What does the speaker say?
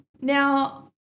Now